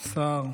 השר,